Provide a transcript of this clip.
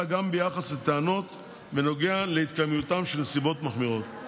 גם ביחס לטענות בנוגע להתקיימותן של נסיבות מחמירות.